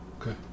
Okay